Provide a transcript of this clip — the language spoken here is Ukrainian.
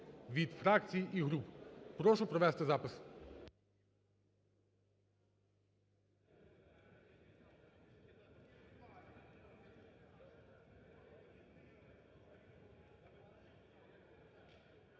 від фракцій і груп. Прошу провести запис.